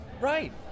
right